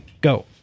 Go